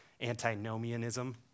antinomianism